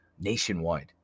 nationwide